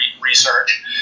research